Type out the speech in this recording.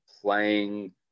playing